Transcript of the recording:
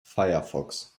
firefox